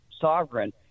sovereign